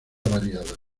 variada